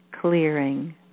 clearing